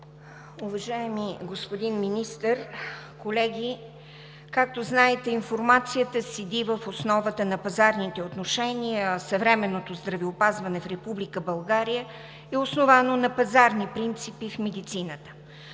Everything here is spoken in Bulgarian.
Уважаеми господин Министър, колеги! Както знаете, информацията седи в основата на пазарните отношения, а съвременното здравеопазване в Република България е основано на пазарни принципи в медицината.